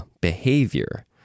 behavior